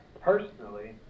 personally